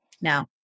now